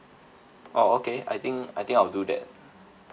oh okay I think I think I'll do that